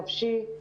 נפשי.